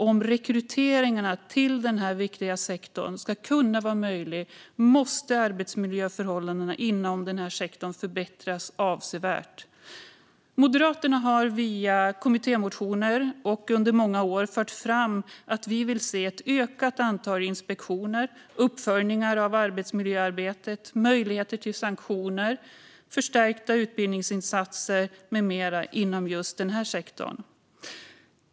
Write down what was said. Om rekryteringarna till denna viktiga sektor ska kunna vara möjliga måste arbetsmiljöförhållandena inom sektorn förbättras avsevärt. Moderaterna har via kommittémotioner under många år fört fram att vi vill se ett ökat antal inspektioner, uppföljningar av arbetsmiljöarbetet, möjligheter till sanktioner, förstärkta utbildningsinsatser med mera inom just denna sektor.